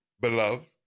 beloved